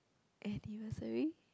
anniversary